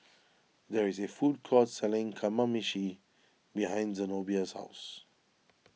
there is a food court selling Kamameshi behind Zenobia's house